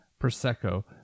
Prosecco